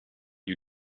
you